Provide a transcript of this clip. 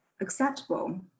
acceptable